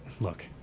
look